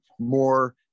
more